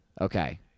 Okay